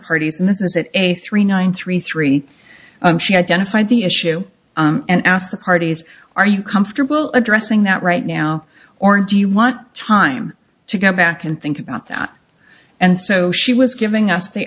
parties and this is it a three nine three three and she identified the issue and asked the parties are you comfortable addressing that right now or do you want time to go back and think about that and so she was giving us the